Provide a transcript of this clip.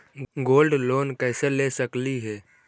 Gold loan कैसे ले सकली हे?